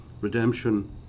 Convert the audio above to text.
redemption